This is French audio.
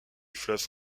fleuve